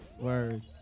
Word